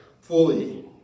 fully